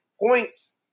points